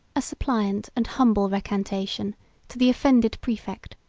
a suppliant and humble recantation to the offended praefect.